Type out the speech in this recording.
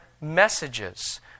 messages